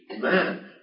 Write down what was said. man